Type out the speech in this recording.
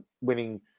winning